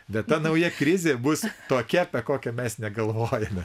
bet ta nauja krizė bus tokia apie kokią mes negalvojame